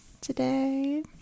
today